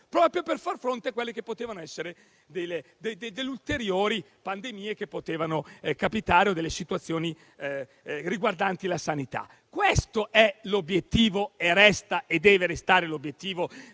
proprio per far fronte a quelle che potevano essere ulteriori pandemie che potevano capitare o situazioni riguardanti la sanità. Questo è, resta e deve restare l'obiettivo